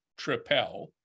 tripel